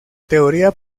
teoría